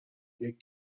یکی